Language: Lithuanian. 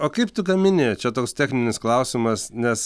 o kaip tu gamini čia toks techninis klausimas nes